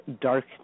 dark